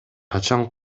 качан